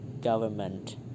government